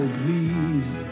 please